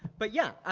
but, yeah.